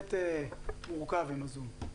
בהחלט מורכב עם הזום.